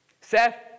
Seth